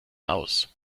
aus